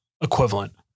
equivalent